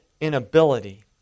inability